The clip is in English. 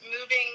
moving